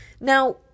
Now